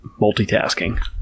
multitasking